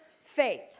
faith